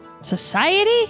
Society